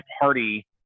party